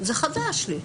זה חדש לי.